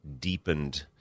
deepened